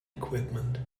equipment